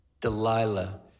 Delilah